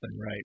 right